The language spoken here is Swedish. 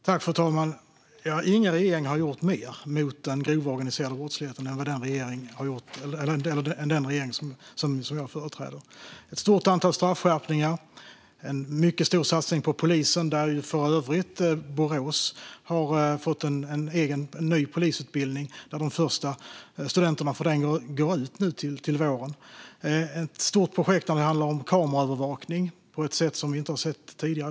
Fru talman! Ingen regering har gjort mer mot den grova organiserade brottsligheten än den regering som jag företräder. Vi har gjort ett stort antal straffskärpningar och en mycket stor satsning på polisen, där Borås för övrigt har fått en egen ny polisutbildning där de första studenterna går ut nu till våren. Det finns ett stort projekt som handlar om kameraövervakning på ett sätt som vi inte har sett tidigare.